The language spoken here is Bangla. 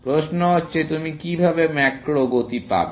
প্রশ্ন হচ্ছে তুমি কিভাবে ম্যাক্রো গতি পাবে